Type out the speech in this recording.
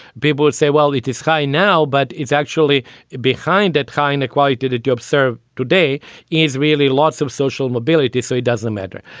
people would say, well, it is high now, but it's actually behind that kind of quiet did it. you observe today is really lots of social mobility. so it doesn't matter.